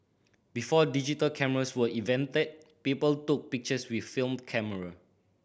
before digital cameras were invented people took pictures with film camera